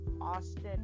Austin